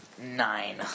Nine